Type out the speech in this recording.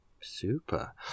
super